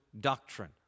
doctrine